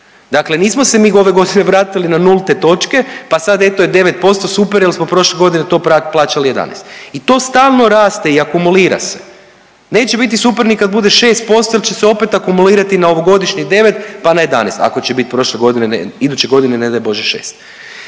Dakle, nismo se mi ove godine vratili na nulte točke pa sad je eto 9% super jer smo prošle to plaćali 11. I to stalno raste i akumulira se. Neće biti super ni kada bude 6% jer će se opet akumulirati na ovogodišnjih 9 pa na 11, ako će biti prošle godine, iduće godine